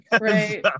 right